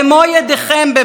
מחושב,